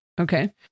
okay